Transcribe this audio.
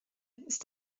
ist